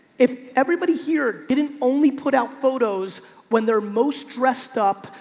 if everybody here didn't only put out photos when they're most dressed up,